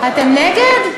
אתם נגד?